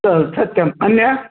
सत्यम् अन्या